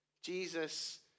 Jesus